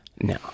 no